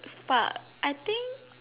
fuck I think